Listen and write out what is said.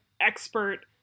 expert